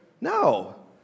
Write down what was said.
No